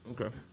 Okay